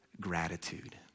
gratitude